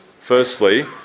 firstly